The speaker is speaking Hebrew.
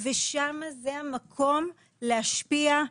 ושם זה המקום להשפיע,